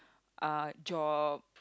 uh job